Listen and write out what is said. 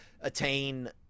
attain